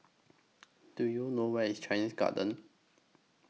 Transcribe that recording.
Do YOU know Where IS Chinese Garden